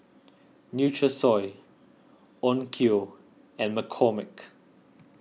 Nutrisoy Onkyo and McCormick